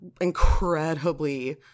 incredibly